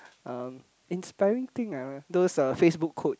um inspiring thing ah those uh Facebook quotes